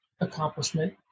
accomplishment